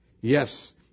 Yes